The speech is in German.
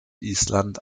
island